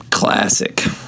classic